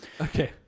Okay